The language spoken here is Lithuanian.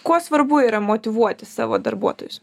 kuo svarbu yra motyvuoti savo darbuotojus